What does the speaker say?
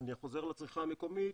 אני חוזר לצריכה המקומית,